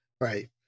Right